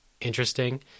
interesting